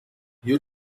you